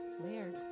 weird